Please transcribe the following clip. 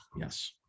yes